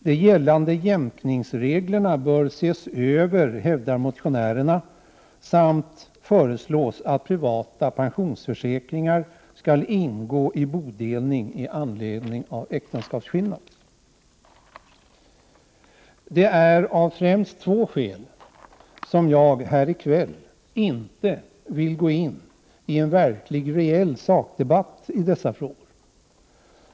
De gällande jämkningsreglerna bör ses över, hävdar motionärerna och föreslår att privata pensionsförsäkringar skall ingå i bodelning i anledning av äktenskapsskillnad. Det är av främst två skäl som jag här i kväll inte vill gå in en reell sakdebatt i dessa frågor.